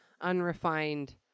unrefined